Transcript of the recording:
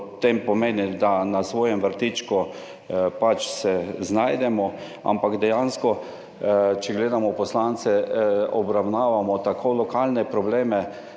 potem pomeni, da na svojem vrtičku pač se znajdemo, ampak dejansko, če gledamo poslance obravnavamo tako lokalne probleme,